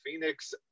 phoenix